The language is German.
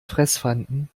fressfeinden